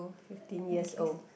fifteen years old